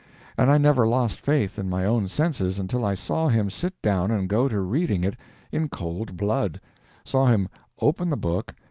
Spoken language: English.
and i never lost faith in my own senses until i saw him sit down and go to reading it in cold blood saw him open the book,